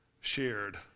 shared